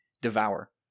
devour